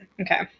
Okay